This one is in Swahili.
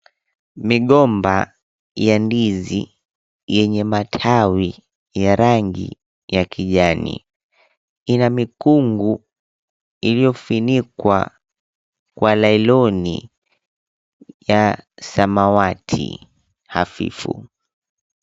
Migomba ya ndizi yenye matawi ya rangi ya kijani ina mikungu iliyofunikwa kwa nailoni ya samawati hafifu.